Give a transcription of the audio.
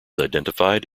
identified